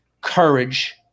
courage